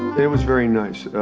it was very nice,